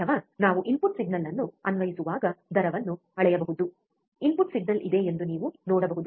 ಅಥವಾ ನಾವು input signal ಅನ್ನು ಅನ್ವಯಿಸುವಾಗ ದರವನ್ನು ಅಳೆಯಬಹುದು ಇನ್ಪುಟ್ ಸಿಗ್ನಲ್ ಇದೆ ಎಂದು ನೀವು ನೋಡಬಹುದು